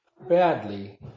badly